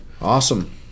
Awesome